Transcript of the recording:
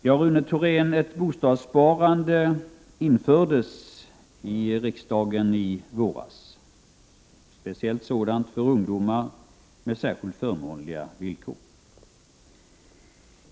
Herr talman! Ett bostadssparande för ungdomar, med speciellt förmånliga villkor, infördes av riksdagen i våras, Rune Thorén.